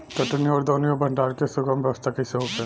कटनी और दौनी और भंडारण के सुगम व्यवस्था कईसे होखे?